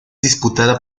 disputada